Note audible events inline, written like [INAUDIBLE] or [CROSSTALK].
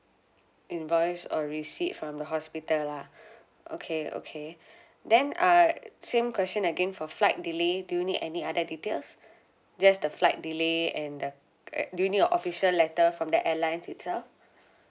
invoice or receipt from the hospital lah [BREATH] okay okay [BREATH] then ah same question again for flight delay do you need any other details just the flight delay and the [NOISE] do you need a official letter from the airlines itself